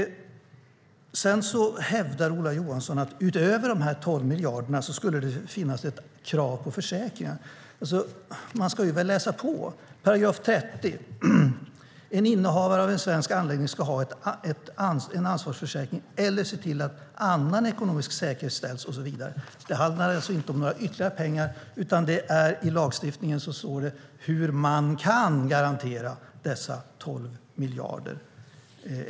Ola Johansson hävdar att utöver de nämnda 12 miljarderna skulle det finnas ett krav på försäkringar. Man ska läsa på. § 30: En innehavare av en svensk anläggning ska ha en ansvarsförsäkring eller se till att annan ekonomisk säkerhet ställs. Det handlar alltså inte om några ytterligare pengar, utan det står i lagen hur man kan garantera dessa 12 miljarder.